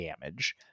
damage